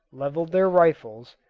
levelled their rifles,